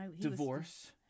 divorce